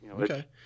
Okay